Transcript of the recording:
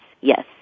yes